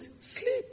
sleep